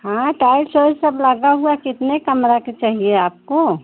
हाँ हाँ टाइल्स वाइल्स सब लगा हुआ कितने कमरा का चाहिए आपको